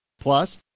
Plus